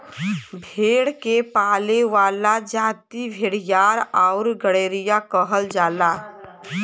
भेड़ के पाले वाला जाति भेड़ीहार आउर गड़ेरिया कहल जाला